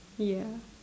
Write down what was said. ya